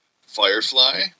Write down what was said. Firefly